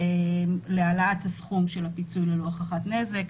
להעלאת הסכום של הפיצוי ללא הוכחת נזק.